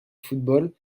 football